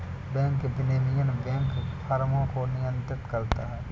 bank विनियमन banking फ़र्मों को नियंत्रित करता है